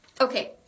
Okay